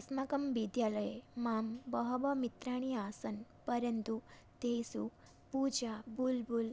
अस्माकं विद्यालये मां बहवः मित्राणि आसन् परन्तु तेषु पूजा बुल्बुल्